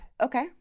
Okay